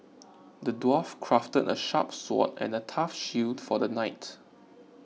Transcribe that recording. the dwarf crafted a sharp sword and a tough shield for the knight